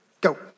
Go